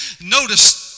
Notice